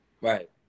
Right